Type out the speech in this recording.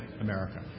America